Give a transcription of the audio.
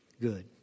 Good